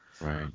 Right